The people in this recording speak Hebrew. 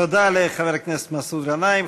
תודה לחבר הכנסת מסעוד גנאים.